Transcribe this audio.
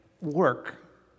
work